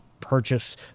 purchase